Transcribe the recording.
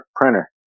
printer